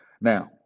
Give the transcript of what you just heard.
Now